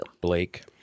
Blake